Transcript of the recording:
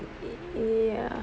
ya